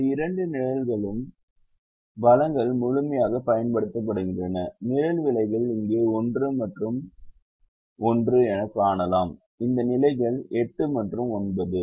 இந்த இரண்டு நிகழ்வுகளிலும் வளங்கள் முழுமையாகப் பயன்படுத்தப்படுகின்றன நிழல் விலைகளை இங்கே 1 மற்றும் 1 எனக் காணலாம் இந்த நிலைகள் 8 மற்றும் 9